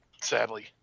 sadly